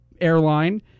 airline